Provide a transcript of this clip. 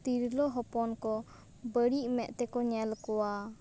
ᱛᱤᱨᱞᱟᱹ ᱦᱚᱯᱚᱱ ᱠᱚ ᱵᱟᱹᱲᱤᱡ ᱢᱮᱫ ᱛᱮᱠᱚ ᱧᱮᱞ ᱠᱚᱣᱟ